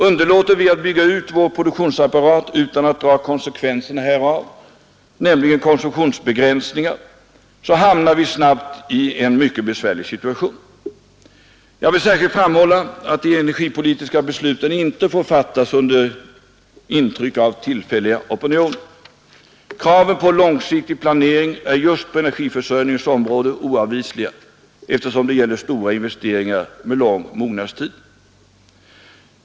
Underlåter vi att bygga ut vår produktionsapparat utan att dra konsekvenserna därav, nämligen konsumtionsbegränsningar, hamnar vi snabbt i en mycket besvärlig situation. Jag vill särskilt framhålla att de energipolitiska besluten inte får fattas under intryck av tillfälliga opinioner. Kraven på långsiktig planering är just på energiförsörjningens område oavvisliga, eftersom det gäller stora investeringar med lång mognadstid.